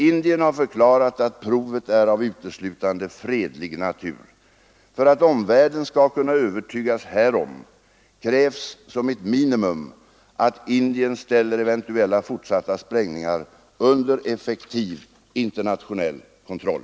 Indien har förklarat att provet är av uteslutande fredlig natur. För att omvärlden skall kunna övertygas härom krävs som ett minimum att Indien ställer eventuella fortsatta sprängningar under effektiv internationell kontroll.